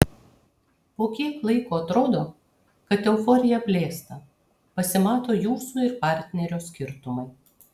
po kiek laiko atrodo kad euforija blėsta pasimato jūsų ir partnerio skirtumai